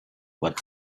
what